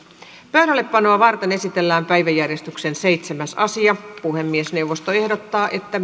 pöydällepanoa varten esitellään päiväjärjestyksen seitsemäs asia puhemiesneuvosto ehdottaa että